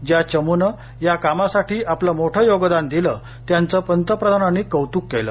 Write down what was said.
ज्या चमूनं या कामासाठी आपलं मोठं योगदान दिलं त्यांचं पंतप्रधानांनी कौतूक केलं